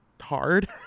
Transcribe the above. hard